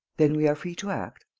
then we are free to act?